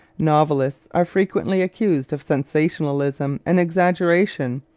novelists are frequently accused of sensationalism and exaggeration,